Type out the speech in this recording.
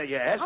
Yes